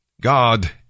God